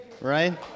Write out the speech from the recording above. right